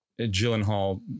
Gyllenhaal